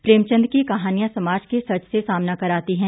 प्रेम चंद की कहानियां समाज के सच्च से सामना कराती हैं